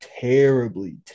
terribly